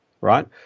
right